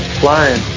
flying